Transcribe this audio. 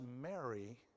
Mary